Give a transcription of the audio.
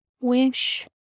wish